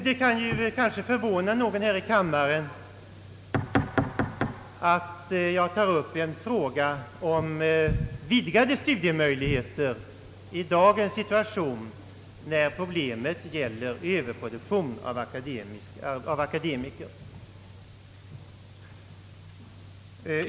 Det kanske kan förvåna någon ledamot här i kammaren att jag tar upp en fråga om vidgade studiemöjligheter i dagens situation när det stora problemet gäller överproduktion av akademiker.